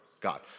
God